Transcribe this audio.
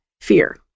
fear